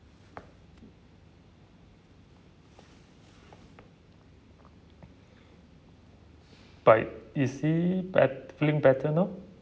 but is he bet~ feeling better now